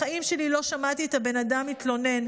בחיים שלי לא שמעתי את הבן אדם מתלונן,